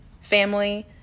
family